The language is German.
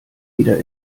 wieder